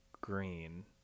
green